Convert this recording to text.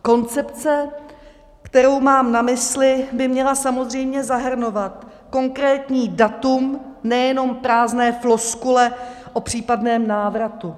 Koncepce, kterou mám na mysli, by měla samozřejmě zahrnovat konkrétní datum, nejenom prázdné floskule o případném návratu.